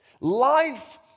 life